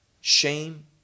Shame